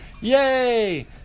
Yay